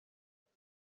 دیگه